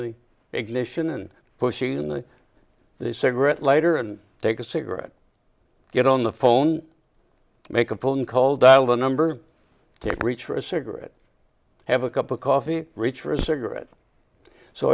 the ignition and pushing the cigarette lighter and take a cigarette get on the phone make a phone call dial the number to reach for a cigarette have a cup of coffee reach for a cigarette so